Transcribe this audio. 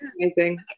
amazing